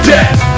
Death